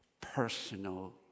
personal